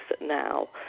now